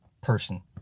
person